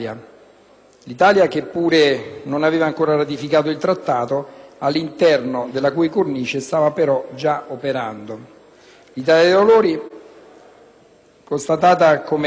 Valori, constatato come tre o quattro anni siano decisamente troppi per ratificare un Trattato come quello oggi in discussione, si augura che in futuro